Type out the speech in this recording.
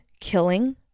killing